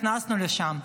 הכנסנו לשם.